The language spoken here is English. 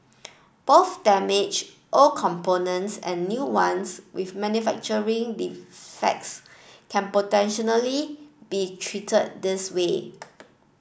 both damaged old components and new ones with manufacturing defects can potentially be treated this way